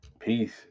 Peace